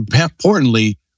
importantly